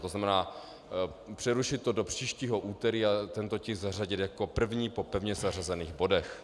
To znamená, přerušit to do příštího úterý a tento tisk zařadit jako první po pevně zařazených bodech.